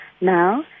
now